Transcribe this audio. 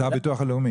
אתה הביטוח הלאומי.